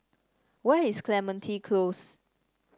where is Clementi Close